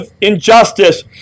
injustice